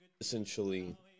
Essentially